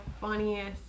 funniest